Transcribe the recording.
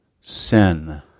sin